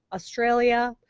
australia,